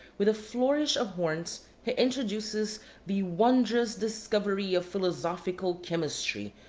with a flourish of horns, he introduces the wondrous discovery of philosophical chymistry,